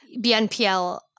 BNPL